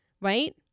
right